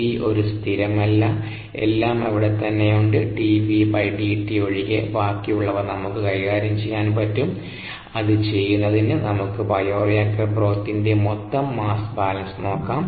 v ഒരു സ്ഥിരമല്ല എല്ലാം അവിടെത്തന്നെയുണ്ട് dvdt ഒഴികെ ബാക്കിയുള്ളവ നമുക്ക് കൈകാര്യം ചെയ്യാൻ പറ്റും അത് ചെയ്യുന്നതിന് നമുക്ക് ബയോറിയാക്റ്റർ ബ്രോത്തിന്റെ മൊത്തം മാസ്സ് ബാലൻസ് നോക്കാം